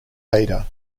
ada